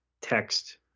text